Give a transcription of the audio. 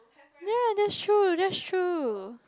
ye that's true that's true